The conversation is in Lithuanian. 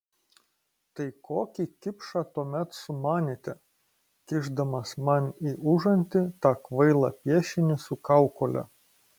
tai kokį kipšą tuomet sumanėte kišdamas man į užantį tą kvailą piešinį su kaukole